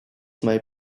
may